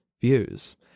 views